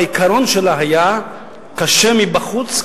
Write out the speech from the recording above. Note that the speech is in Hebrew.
העיקרון שלה היה: קשה מבחוץ,